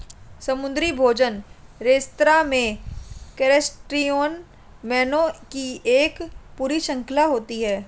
समुद्री भोजन रेस्तरां में क्रस्टेशियन मेनू की एक पूरी श्रृंखला होती है